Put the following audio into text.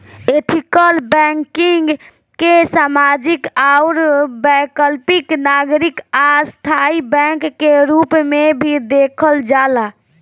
ethical banking के सामाजिक आउर वैकल्पिक नागरिक आ स्थाई बैंक के रूप में भी देखल जाला